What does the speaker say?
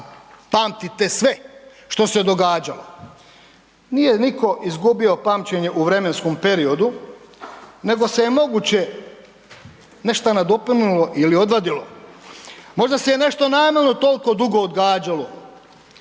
pamtite sve što se je događalo, nije nitko izgubio pamćenje u vremenskom periodu nego se je moguće nešto nadopunilo ili odvadilo, možda se je nešto namjerno toliko dugo odgađalo,